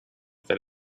that